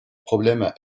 problème